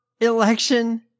election